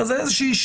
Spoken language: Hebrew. אז יש איזה שגרה,